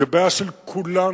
זו בעיה של כולנו,